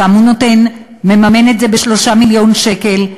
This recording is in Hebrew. שם הוא מממן את זה ב-3 מיליון שקל,